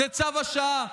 זה צו השעה.